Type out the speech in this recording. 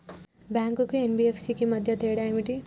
Bank కు NBFC కు మధ్య తేడా ఏమిటి?